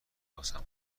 واسمون